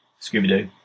Scooby-Doo